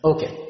Okay